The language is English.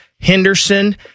Henderson